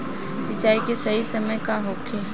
सिंचाई के सही समय का होखे?